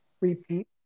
repeat